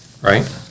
Right